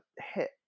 hit